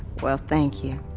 well, thank you.